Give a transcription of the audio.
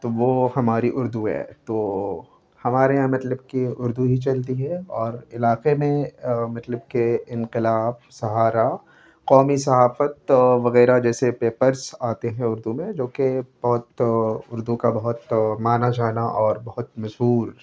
تو وہ ہماری اردو ہے تو ہمارے یہاں مطلب کہ اردو ہی چلتی ہے اور علاقے میں مطلب کہ انقلاب سہارا قومی صحافت وغیرہ جیسے پیپرس آتے ہیں اردو میں جو کہ بہت اردو کا بہت مانا جانا اور بہت مشہور